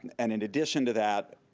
and in addition to that,